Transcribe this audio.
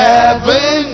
Heaven